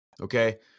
Okay